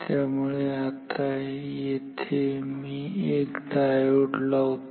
त्यामुळे आता येथे मी एक डायोड लावतो